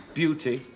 beauty